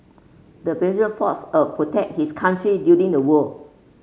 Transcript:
the fought a protect his country during the war